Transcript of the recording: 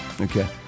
Okay